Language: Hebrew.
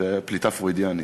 זו הייתה פליטה פרוידיאנית.